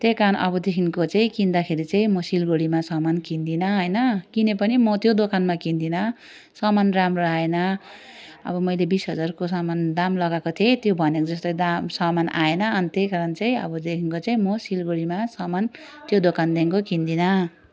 त्यही कारण अबदेखिको चाहिँ किन्दाखेरि चाहिँ म सिलगढीमा सामान किन्दिनँ होइन किने पनि म त्यो दोकानमा किन्दिनँ सामान राम्रो आएन अब मैले बिस हजारको सामान दाम लगाएको थिएँ त्यो भनेको जस्तो दाम सामान आएन अनि त्यही कारण चाहिँ अबदेखिको चाहिँ म सिलगढीमा सामान त्यो दोकानदेखिको किन्दिनँ